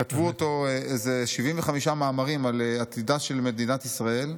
כתבו אותו, זה 75 מאמרים על עתידה של מדינת ישראל.